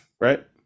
right